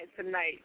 tonight